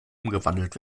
umgewandelt